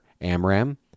Amram